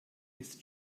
ist